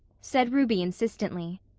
said ruby insistently.